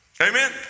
amen